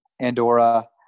Andorra